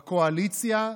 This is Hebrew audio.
בקואליציה,